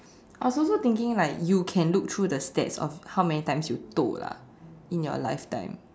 I was also thinking like you can look through the stats of how many times you toh lah in your life time